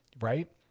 right